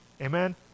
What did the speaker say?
Amen